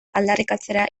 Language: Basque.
aldarrikatzera